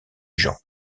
jean